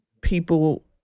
people